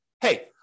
hey